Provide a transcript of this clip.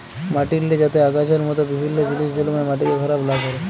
মাটিল্লে যাতে আগাছার মত বিভিল্ল্য জিলিস জল্মায় মাটিকে খারাপ লা ক্যরে